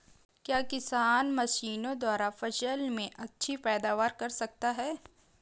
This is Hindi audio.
क्या किसान मशीनों द्वारा फसल में अच्छी पैदावार कर सकता है?